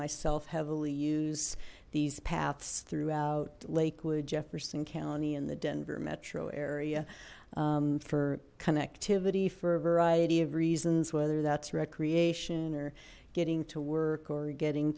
myself heavily use these paths throughout lakewood jefferson county and the denver metro area for connectivity for a variety of reasons whether that's recreation or getting to work or getting